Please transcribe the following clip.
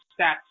stats